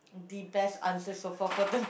the best answer so for for them